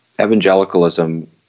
evangelicalism